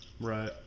right